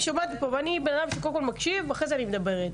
אני קודם כל מקשיבה ואחרי זה אני מדברת,